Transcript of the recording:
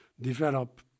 develop